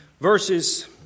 verses